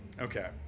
Okay